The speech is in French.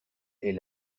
est